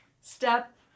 step